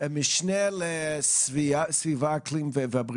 המשנה לסביבה, אקלים ובריאות.